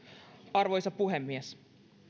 arvoisa puhemies